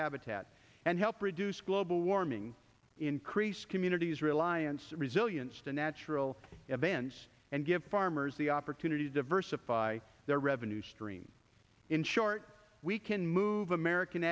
habitat and help reduce global warming increase communities reliance and resilience to natural events and give farmers the opportunity to diversify their revenue stream in short we can move american